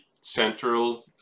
central